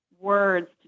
words